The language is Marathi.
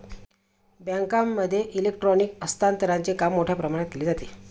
बँकांमध्ये इलेक्ट्रॉनिक हस्तांतरणचे काम मोठ्या प्रमाणात केले जाते